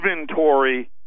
Inventory